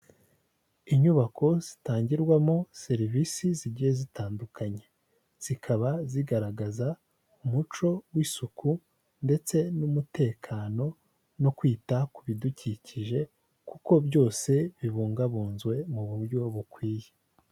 Inyubako zitangirwamo serivisi zigiye zitandukanye, zikaba zigaragaza umuco w'isuku ndetse n'umutekano no kwita ku bidukikije kuko byose bibungabunzwe mu buryo bukwiye.